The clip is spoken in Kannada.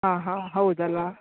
ಹಾಂ ಹಾಂ ಹೌದಲ್ಲಾ